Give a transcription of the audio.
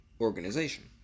Organization